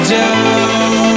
down